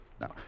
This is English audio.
Now